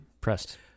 pressed